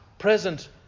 present